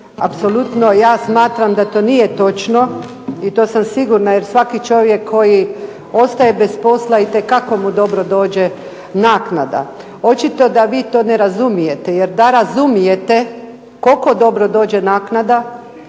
apsolutno ja smatram da to nije točno i to sam sigurna jer svaki čovjek koji ostaje bez posla itekako mu dobro dođe naknada. Očito da vi to ne razumijete, jer da razumijete koliko dobro dođe naknada